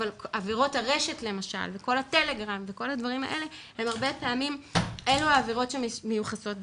אבל עבירות הרשת למשל וכל הטלגרם הם הרבה פעמים העבירות שמיוחסות.